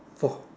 for